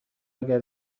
اگر